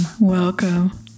welcome